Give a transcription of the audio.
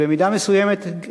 במידה מסוימת,